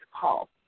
call